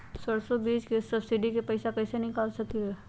सरसों बीज के सब्सिडी के पैसा कईसे निकाल सकीले?